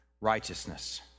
righteousness